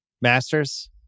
Masters